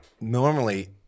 normally